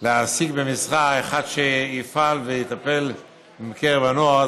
להעסיק במשרה אחד שיפעל ויטפל בקרב הנוער.